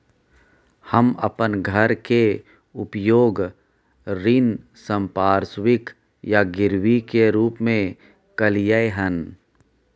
हम अपन घर के उपयोग ऋण संपार्श्विक या गिरवी के रूप में कलियै हन